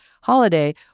holiday